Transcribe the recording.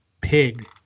pig